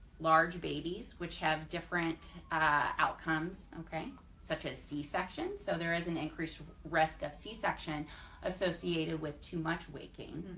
large babies which have different outcomes. okay such as c-section, so there is an increased risk of c-section associated with too much waking.